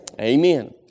Amen